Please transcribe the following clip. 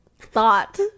thought